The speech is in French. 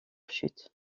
chute